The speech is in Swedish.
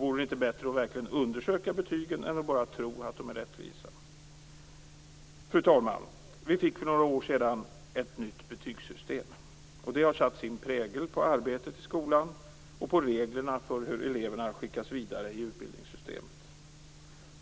Vore det inte bättre att verkligen undersöka betygen än att bara tro att de är rättvisa? Fru talman! Vi fick för några år sedan ett nytt betygssystem. Det har satt sin prägel på arbetet i skolan och på reglerna för hur eleverna skickas vidare i utbildningssystemet.